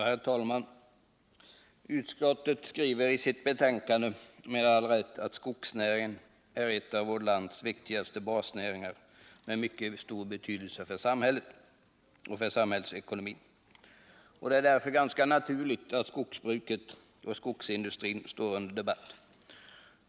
Herr talman! Utskottet skriver i sitt betänkande med all rätt att skogsnäringen är en av vårt lands viktigaste basnäringar, med mycket stor betydelse för samhället och för samhällsekonomin. Det är därför ganska naturligt att skogsbruket och skogsindustrin står under debatt.